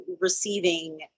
receiving